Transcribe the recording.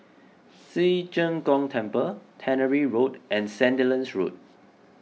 Ci Zheng Gong Temple Tannery Road and Sandilands Road